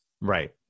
Right